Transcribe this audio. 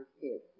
kids